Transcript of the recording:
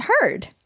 heard